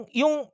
yung